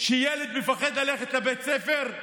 שילד מפחד ללכת לבית ספר?